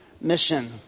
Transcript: mission